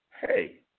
hey